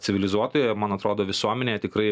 civilizuotoje man atrodo visuomenėje tikrai